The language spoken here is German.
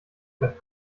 gleich